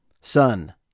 son